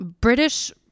British